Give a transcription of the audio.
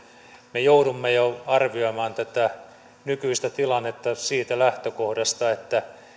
me joudumme jo arvioimaan nykyistä tilannetta siitä lähtökohdasta että